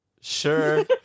Sure